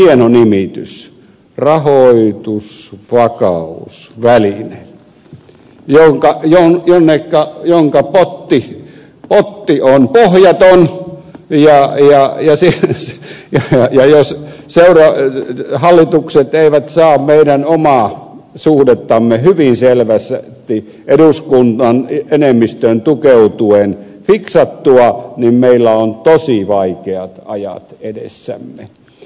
sillä on hieno nimitys rahoitusvakausväline jonka potti on pohjaton ja pia julin nousi nyt nähtävä jos seuraavat hallitukset eivät saa meidän omaa suhdettamme hyvin selvästi eduskunnan enemmistöön tukeutuen fiksattua niin meillä on tosi vaikeat ajat edessämme